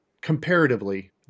comparatively